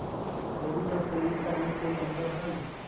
Debit और credit card में कई अंतर हई?